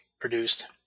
produced